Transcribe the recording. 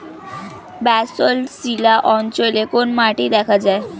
Basalt শিলা অঞ্চলে কোন মাটি দেখা যায়?